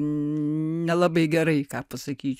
nelabai gerai ką pasakyčiau